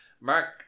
Mark